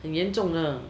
很严重的